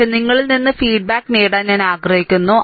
പക്ഷെ നിങ്ങളിൽ നിന്ന് ഫീഡ്ബാക്ക് നേടാൻ ഞാൻ ആഗ്രഹിക്കുന്നു